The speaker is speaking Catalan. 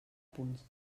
punts